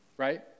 right